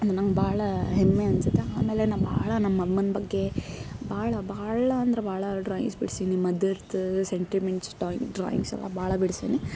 ನಂಗೆ ಭಾಳ ಹೆಮ್ಮೆ ಅನ್ಸತ್ತ ಆಮೇಲೆ ನಾ ಭಾಳ ನಮ್ಮಮ್ಮನ ಬಗ್ಗೆ ಭಾಳ ಭಾಳ ಅಂದ್ರ ಭಾಳ ಡ್ರಾಯಿಂಗ್ಸ್ ಬಿಡ್ಸಿನಿ ಮದರ್ಸ ಸೆಂಟಿಮೆಂಟ್ಸ್ ಡ್ರಾಯಿಂಗ್ ಡ್ರಾಯಿಂಗ್ಸ್ ಎಲ್ಲ ಭಾಳ ಬಿಡ್ಸಿನಿ